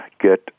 get